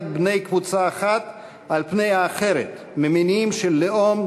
בני קבוצה אחת על פני האחרת ממניעים של לאום,